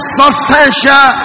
substantial